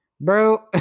Bro